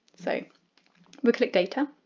so we click data,